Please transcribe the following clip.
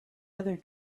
other